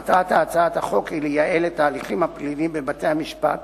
מטרת הצעת החוק היא לייעל את ההליכים הפליליים בבתי-המשפט,